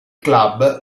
club